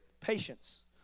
Patience